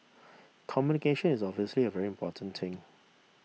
communication is obviously a very important thing